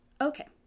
okay